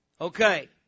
Okay